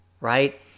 right